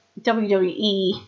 WWE